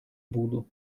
буду